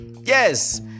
Yes